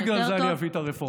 רק בגלל זה אני אביא את הרפורמה,